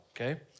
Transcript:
okay